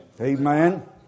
Amen